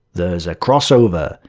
there's a crossover,